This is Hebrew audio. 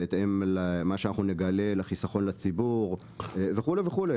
בהתאם למה שאנחנו נגלה לחיסכון לציבור וכו' וכו'.